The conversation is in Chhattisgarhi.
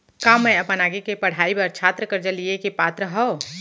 का मै अपन आगे के पढ़ाई बर छात्र कर्जा लिहे के पात्र हव?